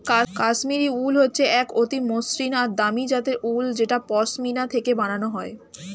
কাশ্মীরি উল হচ্ছে এক অতি মসৃন আর দামি জাতের উল যেটা পশমিনা থেকে বানানো হয়